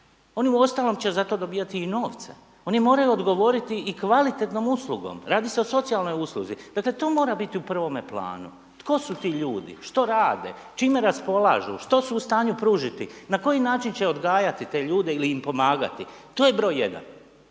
oni uostalom će za to dobivati i novce, oni moraju odgovoriti i kvalitetnom uslugom, radi se o socijalnoj usluzi, dakle, to mora biti u prvome planu, tko su ti ljudi, što rade, čime raspolažu, što su u stanju pružiti, an koji način će odgajati te ljude ili im pomagati. To je br. 1.